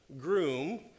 groom